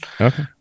okay